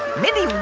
mindy,